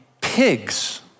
pigs